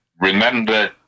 remember